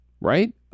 right